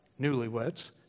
newlyweds